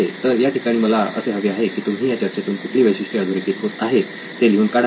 तर या ठिकाणी मला असे हवे आहे की तुम्ही या चर्चेतून कुठली वैशिष्ट्ये अधोरेखित होत आहेत ते लिहून काढावे